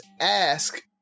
ask